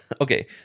Okay